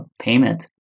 payment